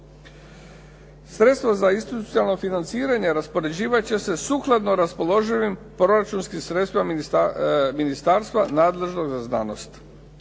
Sredstva za institucionalno financirat će sukladno raspoloživim proračunskim sredstvima ministarstva nadležnog za znanost.